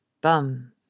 bum